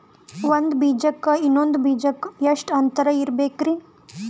ಒಂದ್ ಬೀಜಕ್ಕ ಇನ್ನೊಂದು ಬೀಜಕ್ಕ ಎಷ್ಟ್ ಅಂತರ ಇರಬೇಕ್ರಿ?